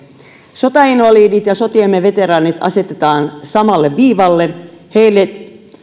sotainvalidit ja sotiemme veteraanit asetetaan samalle viivalle heille